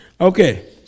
Okay